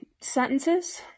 sentences